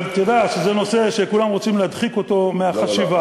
אבל אתה יודע שזה נושא שכולם רוצים להדחיק אותו מהחשיבה,